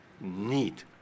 need